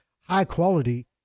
high-quality